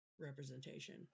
representation